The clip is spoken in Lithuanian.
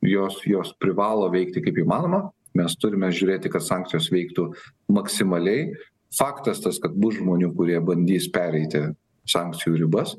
jos jos privalo veikti kaip įmanoma mes turime žiūrėti kad sankcijos veiktų maksimaliai faktas tas kad bus žmonių kurie bandys pereiti sankcijų ribas